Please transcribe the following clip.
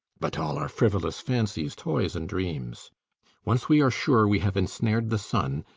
but all are frivolous fancies, toys, and dreams once we are sure we have ensnared the son,